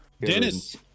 dennis